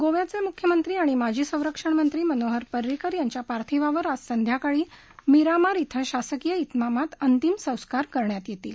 गोव्याच मुख्यमंत्री आणि माजी संरक्षणमंत्री मनोहर परिंकर यांच्या पार्थिवावर आज संध्याकाळी मीरामार इथं शासकीय इतमामात अंतिम संस्कार करण्यात येतील